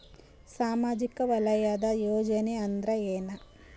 ಸಾಮಾಜಿಕ ವಲಯದ ಯೋಜನೆ ಅಂದ್ರ ಏನ?